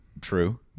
True